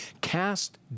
cast